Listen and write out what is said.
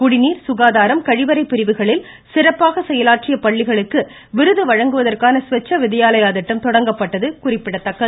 குடிநீர் சுகாதாரம் கழிவறை பிரிவுகளில் சிறப்பாக செயலாற்றிய பள்ளிகளுக்கு விருது வழங்குவதற்கான ஸ்வச் வித்யாலயா திட்டம் தொடங்கப்பட்டது குறிப்பிடத்தக்கது